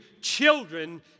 children